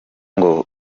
ngo